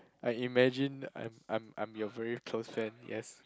I imagine I'm I'm I'm your very close friend yes